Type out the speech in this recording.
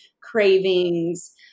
cravings